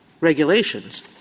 regulations